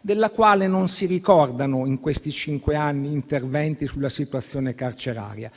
della quale non si ricordano in questi cinque anni interventi sulla situazione carceraria.